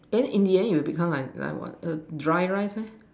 then in the end you will become like like what err dry rice meh